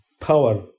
power